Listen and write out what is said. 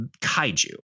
Kaiju